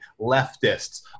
leftists